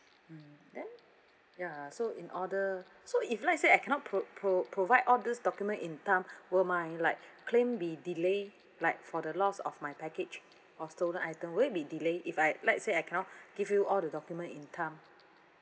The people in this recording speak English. mm then ya so in order so if let's say I cannot pro~ pro~ provide all this document in time will my like claim be delay like for the loss of my package or stolen item would it be delay if I let's say I cannot give you all the document in time